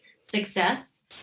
success